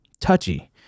touchy